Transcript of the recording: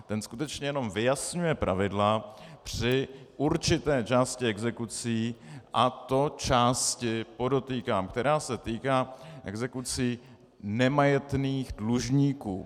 Ten skutečně jenom vyjasňuje pravidla při určité části exekucí, a to části, podotýkám, která se týká exekucí nemajetných dlužníků.